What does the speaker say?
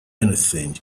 anything